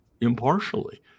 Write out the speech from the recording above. impartially